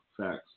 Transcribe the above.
facts